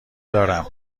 دارم